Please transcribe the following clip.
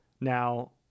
Now